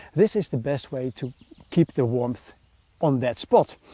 this is the best way to keep the warmth on that spot.